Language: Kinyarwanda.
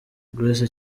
grace